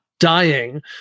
dying